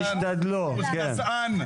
גזען.